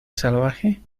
salvaje